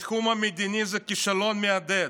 בתחום המדיני זה כישלון מהדהד.